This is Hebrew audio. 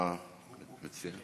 מה את המציע?